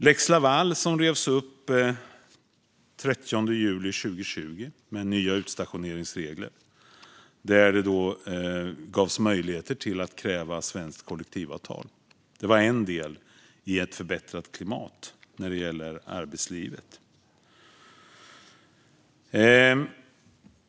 Lex Laval revs upp den 30 juli 2020. Det blev nya utstationeringsregler, som gav möjligheter att kräva svenskt kollektivavtal. Det var en del i ett förbättrat klimat i arbetslivet.